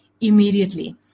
immediately